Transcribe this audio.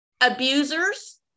abusers